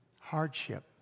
Hardship